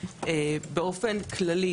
באופן כללי,